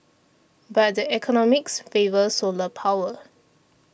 but the economics favour solar power